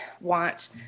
want